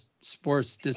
sports